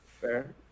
Fair